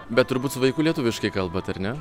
bet turbūt su vaiku lietuviškai kalbat ar ne